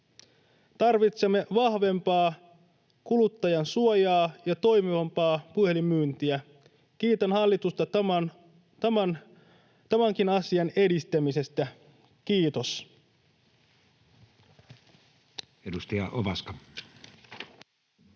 Tarvitsemme vahvempaa kuluttajansuojaa ja toimivampaa puhelinmyyntiä. Kiitän hallitusta tämänkin asian edistämisestä. — Kiitos.